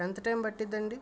ఎంత టైం పట్టిద్దండి